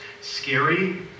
Scary